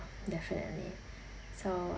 definitely so